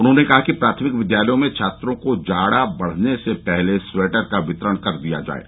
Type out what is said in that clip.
उन्होंने कहा कि प्राथमिक विद्यालयों में छात्रों को जाड़ा बढ़ने से पहले स्वेटर का वितरण कर दिया जाये